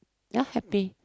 ya happy